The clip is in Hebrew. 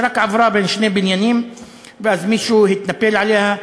שרק עברה בין שני בניינים ואז מישהו התנפל עליה,